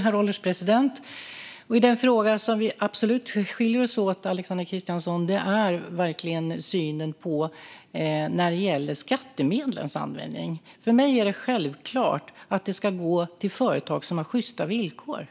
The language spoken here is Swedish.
Herr ålderspresident! Den fråga där vi absolut skiljer oss åt, Alexander Christiansson, är synen på skattemedlens användning. För mig är det självklart att de ska gå till företag som har sjysta villkor,